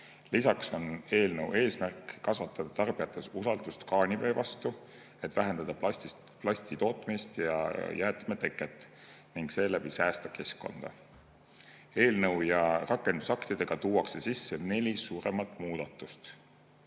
Lisaks on eelnõu eesmärk kasvatada tarbijates usaldust kraanivee vastu, et vähendada plasti tootmist ja jäätmeteket ning seeläbi säästa keskkonda. Eelnõu ja rakendusaktidega tuuakse sisse neli suuremat muudatust.